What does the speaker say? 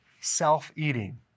self-eating